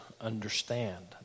understand